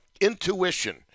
intuition